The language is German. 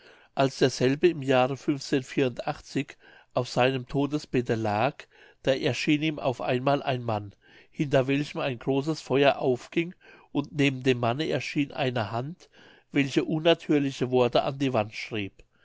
als derselbe im jahre auf seinem todesbette lag da erschien ihm auf einmal ein mann hinter welchem ein großes feuer aufging und neben dem manne erschien eine hand welche unnatürliche worte an die wand schrieb